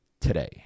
today